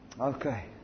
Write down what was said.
Okay